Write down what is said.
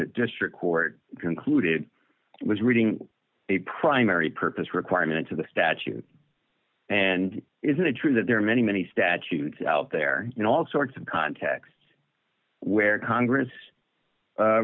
the district court concluded was reading a primary purpose requirement of the statute and isn't it true that there are many many statutes out there you know all sorts of contexts where congress